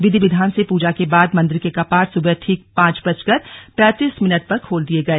विधि विधान से पूजा के बाद मंदिर के कपाट सुबह ठीक पांच बजकर पैंतीस मिनट पर खोल दिये गए